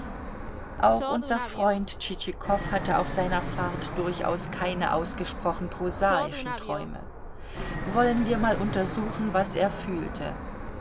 auch unser freund tschitschikow hatte auf seiner fahrt durchaus keine ausgesprochen prosaischen träume wollen wir mal untersuchen was er fühlte